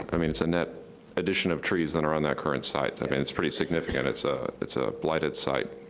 i mean, it's a net addition of trees that are on that current site, and i mean it's pretty significant. it's ah it's a blighted site.